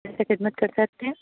کیسے خدمت کر سکتے ہیں